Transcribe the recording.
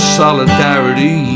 solidarity